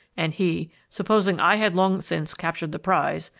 and he, supposing i had long since captured the prize,